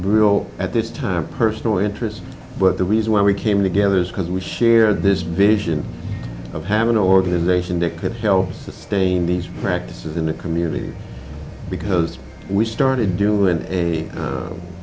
real at this time personal interest but the reason why we came together is because we share this vision of having an organization that could help sustain these practices in the community because we started doing a